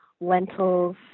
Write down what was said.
lentils